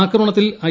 ആക്രമണത്തിൽ ഐ